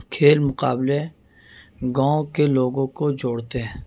کھیل مقابلے گاؤں کے لوگوں کو جوڑتے ہیں